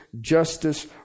justice